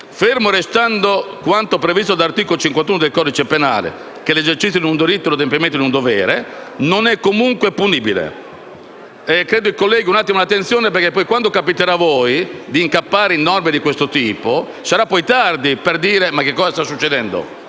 «Fermo restando quanto previsto dall'articolo 51 del codice penale - esercizio di un diritto o adempimento di un dovere - non è comunque punibile - colleghi, un po' di attenzione, perché, quando capiterà a voi di incappare in norme di questo tipo, sarà tardi per chiedersi cosa stia succedendo